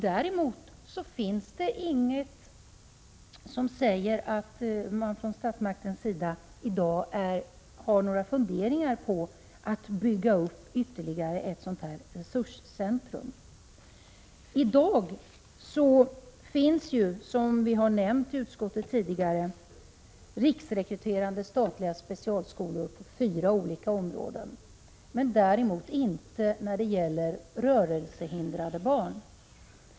Däremot finns det inget som säger att man från statsmaktens sida i dag har några funderingar på att bygga upp ytterligare ett sådant resurscentrum. I dag finns, som vi har nämnt i utskottet tidigare, riksrekryterande statliga specialskolor på fyra olika områden. Däremot finns det inga sådana för rörelsehindrade barn.